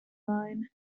line